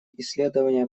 исследования